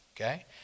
okay